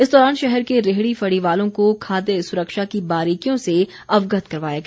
इस दौरान शहर के रेहड़ी फड़ी वालों को खाद्य सुरक्षा की बारीकियों से अवगत करवाया गया